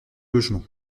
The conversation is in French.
logement